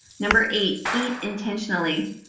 number eight eat intentionally.